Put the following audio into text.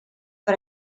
per